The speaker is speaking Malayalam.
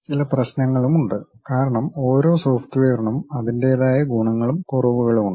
ചില പ്രശ്നങ്ങളുമുണ്ട് കാരണം ഓരോ സോഫ്റ്റ്വെയറിനും അതിന്റേതായ ഗുണങ്ങളും കുറവുകളും ഉണ്ട്